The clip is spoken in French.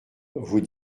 vous